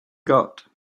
got